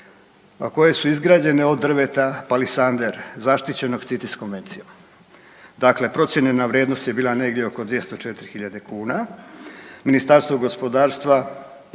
koje su izgrađene od drveta palisander, zaštićenog CITES konvencijom. Dakle, procijenjena vrijednost je bila negdje oko 204 hiljade kuna. Ministarstvo gospodarstva